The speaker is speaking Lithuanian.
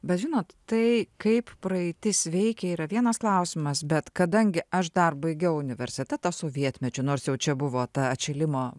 bet žinot tai kaip praeitis veikia yra vienas klausimas bet kadangi aš dar baigiau universitetą sovietmečiu nors jau čia buvo ta atšilimo